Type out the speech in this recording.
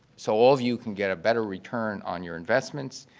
so all of you can get a better return on your investments,